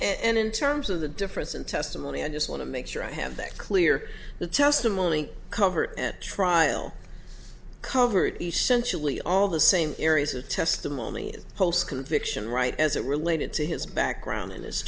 and in terms of the difference in testimony i just want to make sure i have that clear the testimony cover at trial covered essentially all the same areas of testimony post conviction right as it related to his background and his